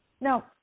Now